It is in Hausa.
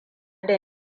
da